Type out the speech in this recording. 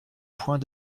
point